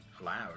allowed